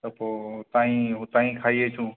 त पोइ हुता ई हुता ई खाईं अचूं